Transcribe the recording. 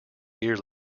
gear